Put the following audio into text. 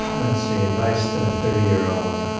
let's see. advice to the thirty year old.